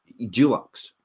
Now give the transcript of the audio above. Dulux